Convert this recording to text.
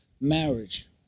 marriage